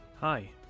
Hi